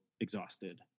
exhausted